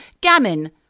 Gammon